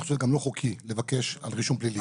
וזה גם לא חוקי לבקש על רישום פלילי.